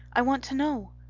i want to know.